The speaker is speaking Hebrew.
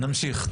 נמשיך.